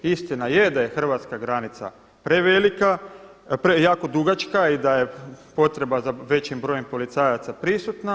Istina je da je hrvatska granica prevelika, jako dugačka i da je potreba za većim brojem policajaca prisutna.